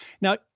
Now